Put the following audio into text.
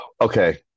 Okay